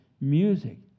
music